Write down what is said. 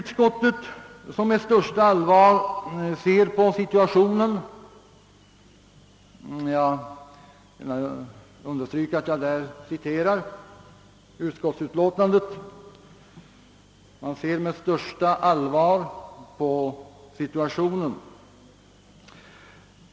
Jag hänvisar till utskottsutlåtandet, där det sägs att man med största allvar ser på situationen.